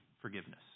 forgiveness